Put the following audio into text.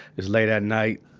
it's late at night.